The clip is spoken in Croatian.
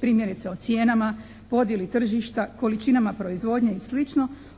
primjerice o cijenama, podjeli tržišta, količinama proizvodnje i sl.